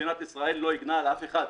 מדינת ישראל לא הגנה על אף אחד.